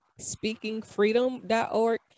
SpeakingFreedom.org